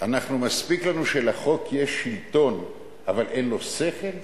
אנחנו, מספיק לנו שלחוק יש שלטון אבל אין לו שכל?